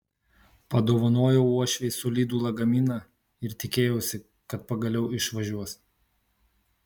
padovanojau uošvei solidų lagaminą ir tikėjausi kad pagaliau išvažiuos